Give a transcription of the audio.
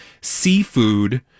seafood